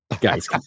guys